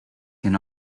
can